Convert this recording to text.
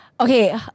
Okay